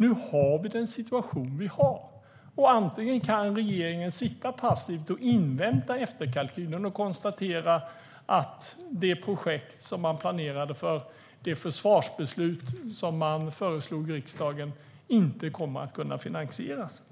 Nu har vi den situation vi har, och antingen kan regeringen sitta passiv och invänta efterkalkylen och konstatera att de projekt som man planerade för, det försvarsbeslut som man föreslog i riksdagen, inte kommer att kunna finansieras,